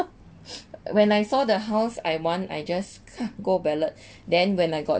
when I saw the house I want I just go ballot then when I got